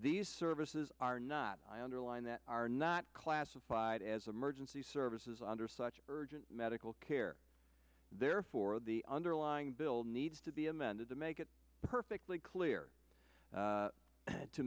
these services are not i underline that are not classified as emergency services under such urgent medical care therefore the underlying bill needs to be amended to make it perfectly clear